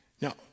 Now